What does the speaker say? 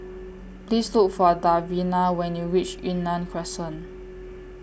Please Look For Davina when YOU REACH Yunnan Crescent